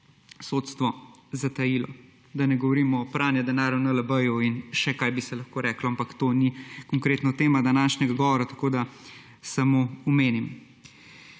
sodstvo zatajilo, da ne govorim o pranju denarja v NLB-ju in še kaj bi se lahko reklo. Ampak to ni konkretno tema današnjega govora, tako da samo omenim.